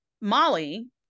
Molly